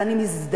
אבל אני מזדעזעת,